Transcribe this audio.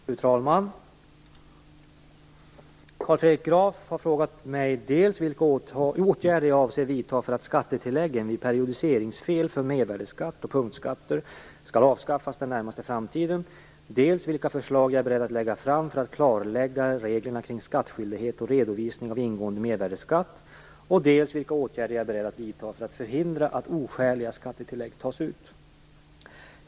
Fru talman! Carl Fredrik Graf har frågat mig dels vilka åtgärder jag avser vidta för att skattetilläggen vid periodiseringsfel för mervärdesskatt och punktskatter skall avskaffas den närmaste framtiden, dels vilka förslag jag är beredd att lägga fram för att klarlägga reglerna kring skattskyldighet och redovisning av ingående mervärdesskatt och dels vilka åtgärder jag är beredd att vidta för att hindra att oskäliga skattetillägg tas ut.